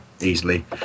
easily